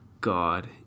God